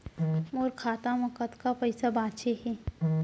मोर खाता मा कतका पइसा बांचे हे?